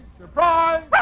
Surprise